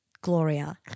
Gloria